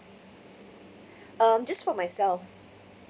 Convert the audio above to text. um just for myself